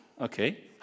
Okay